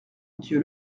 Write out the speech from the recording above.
dieu